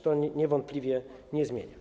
To niewątpliwie się nie zmienia.